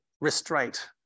restraint